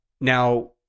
Now